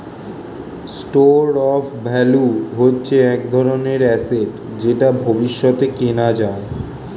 store of value হচ্ছে এক ধরনের অ্যাসেট যেটা ভবিষ্যতে কেনা যায়